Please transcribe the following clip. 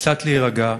קצת להירגע,